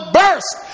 burst